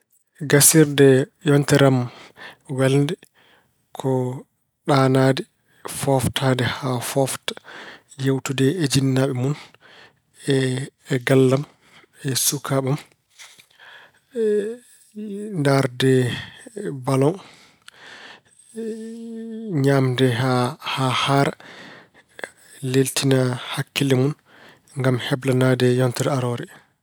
Kasiirde yontere am welnde ko ɗanaade, fooftaade haa foofta, yewtude jinnaaɓe mun e galle am e sukaaɓe am, ndaarde baloŋ, ñaamde haa haara, leltina hakkille mun ngam heblanaade yontere aroore.